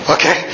Okay